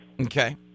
Okay